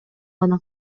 гана